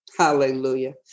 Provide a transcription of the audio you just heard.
Hallelujah